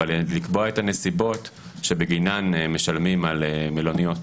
אבל לקבוע את הנסיבות שבגינן משלמים על מלוניות.